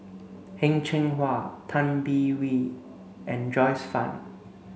Heng Cheng Hwa Tay Bin Wee and Joyce Fan